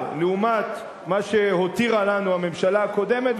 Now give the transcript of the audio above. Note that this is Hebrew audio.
לעומת מה שהותירה לנו הממשלה הקודמת,